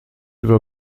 über